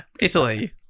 Italy